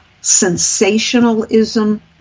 sensationalism